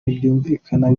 ntibyumvikana